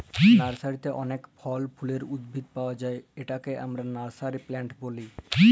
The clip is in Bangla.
লার্সারিতে অলেক ফল ফুলের উদ্ভিদ পাউয়া যায় উয়াকে আমরা লার্সারি প্লান্ট ব্যলি